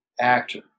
actor